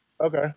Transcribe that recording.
okay